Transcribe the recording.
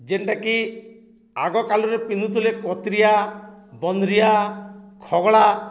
ଯେନ୍ଟାକି ଆଗକାଲରେ ପିନ୍ଧୁଥିଲେ କତ୍ରିଆ ବନ୍ଦ୍ରିିଆ ଖଗ୍ଳା